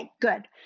good